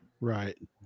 Right